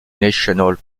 national